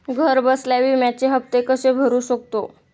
घरबसल्या विम्याचे हफ्ते कसे भरू शकतो?